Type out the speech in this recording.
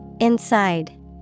Inside